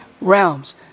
realms